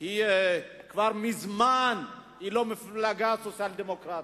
היא כבר מזמן לא מפלגה סוציאל-דמוקרטית.